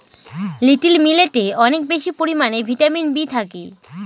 little মিলেটে অনেক বেশি পরিমানে ভিটামিন বি থাকে